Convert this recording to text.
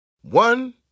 One